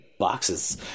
Boxes